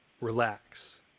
relax